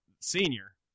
Senior